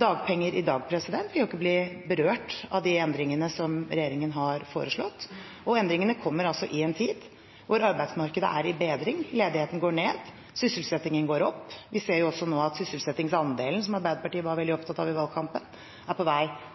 dagpenger i dag, vil ikke bli berørt av de endringene som regjeringen har foreslått, og endringene kommer i en tid da arbeidsmarkedet er i bedring, ledigheten går ned, sysselsettingen går opp. Vi ser nå også at sysselsettingsandelen, som Arbeiderpartiet var veldig opptatt av i valgkampen, er på vei